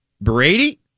Brady